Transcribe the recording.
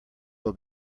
will